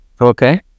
Okay